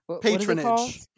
Patronage